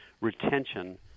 retention